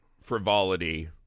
frivolity